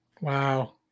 Wow